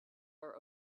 are